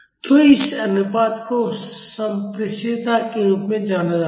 तो इस अनुपात को संप्रेषणीयता के रूप में जाना जाता है